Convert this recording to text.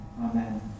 Amen